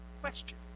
question